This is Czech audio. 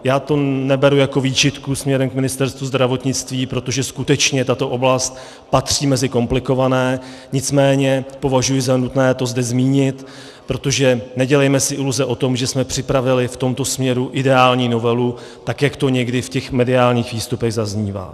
Já to neberu jako výčitku směrem k Ministerstvu zdravotnictví, protože skutečně tato oblast patří mezi komplikované, nicméně považuji za nutné to zde zmínit, protože nedělejme si iluze o tom, že jsme připravili v tomto směru ideální novelu, tak jak to někdy v těch mediálních výstupech zaznívá.